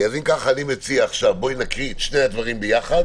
אם ככה, אני מציע שנקריא את שני הדברים יחד.